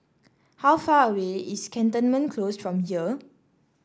how far away is Cantonment Close from here